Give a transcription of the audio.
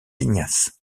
ignace